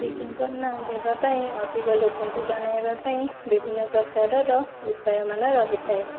ଵିଜ୍ଞାପନ ଦେବା ପାଇଁ ଅଧିକ ଲୋକଙ୍କୁ ଜଣେଇବା ପାଇଁ ବିଭିନ୍ନ ପ୍ରକାରର ଉପାୟ ମାନ ରହିଥାଏ